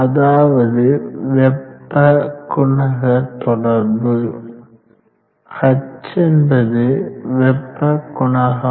அதாவது வெப்ப குணக தொடர்பு h என்பது வெப்ப குணகம்